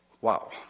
Wow